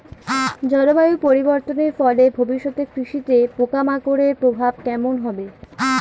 জলবায়ু পরিবর্তনের ফলে ভবিষ্যতে কৃষিতে পোকামাকড়ের প্রভাব কেমন হবে?